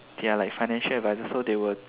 they are like financial advisers so they will